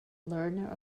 learner